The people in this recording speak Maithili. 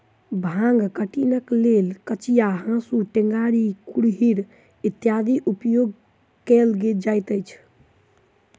भांग कटनीक लेल कचिया, हाँसू, टेंगारी, कुरिहर इत्यादिक उपयोग कयल जाइत छै